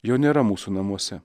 jo nėra mūsų namuose